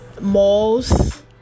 malls